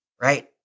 right